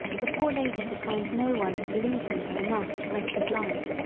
the poor lady could find no one who believed in her enough to risk his life,